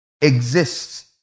exists